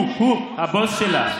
הוא, הוא, הבוס שלך.